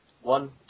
One